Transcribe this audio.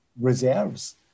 Reserves